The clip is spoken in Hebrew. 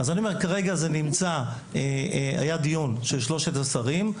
היה דיון של שלושת השרים.